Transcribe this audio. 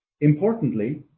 Importantly